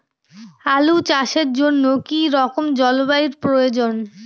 আলু চাষের জন্য কি রকম জলবায়ুর প্রয়োজন?